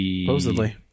Supposedly